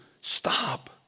stop